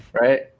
right